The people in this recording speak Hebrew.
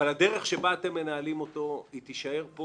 אבל הדרך שבה אתם מנהלים אותו תישאר פה